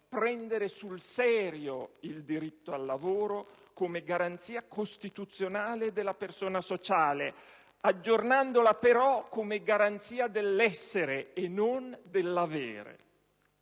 prendere sul serio il diritto al lavoro come garanzia costituzionale della persona sociale, aggiornandola, però, come garanzia dell'essere e non dell'avere».